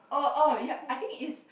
oh oh ya I think is